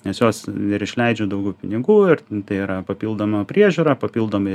nes jos ir išleidžia daugiau pinigų ir tai yra papildoma priežiūra papildomi